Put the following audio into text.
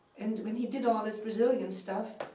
and when he did all this brazilian stuff,